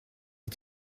des